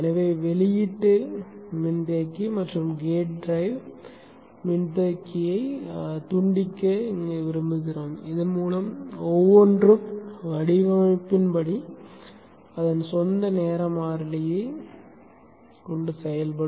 எனவே வெளியீட்டு மின்தேக்கி மற்றும் கேட் டிரைவ் மின்தேக்கியை துண்டிக்க விரும்புகிறோம் இதன்மூலம் ஒவ்வொன்றும் வடிவமைப்பின்படி அதன் சொந்த நேர மாறிலியைக் கொண்டிருக்கும்